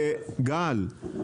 גל,